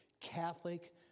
Catholic